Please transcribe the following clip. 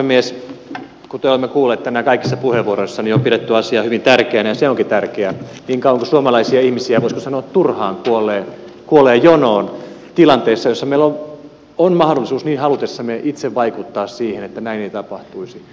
kuten olemme kuulleet tänään kaikissa puheenvuoroissa on pidetty asiaa hyvin tärkeänä ja se onkin tärkeä niin kauan kuin suomalaisia ihmisiä voisiko sanoa turhaan kuolee jonoon tilanteessa jossa meillä on mahdollisuus niin halutessamme itse vaikuttaa siihen että näin ei tapahtuisi